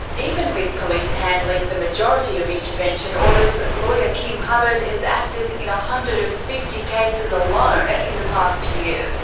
even with police handling the majority of intervention orders, lawyer kim hubbard has acted in one hundred and fifty cases alone in the past year.